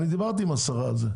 אני דיברתי עם השרה על זה.